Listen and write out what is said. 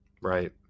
right